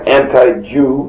anti-jew